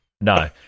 No